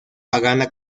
pagana